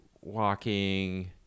walking